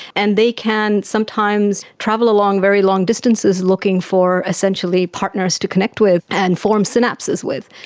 and they can sometimes travel along very long distances looking for essentially partners to connect with and form synapses with.